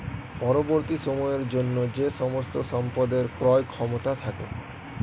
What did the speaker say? পরবর্তী সময়ের জন্য যে সমস্ত সম্পদের ক্রয় ক্ষমতা থাকে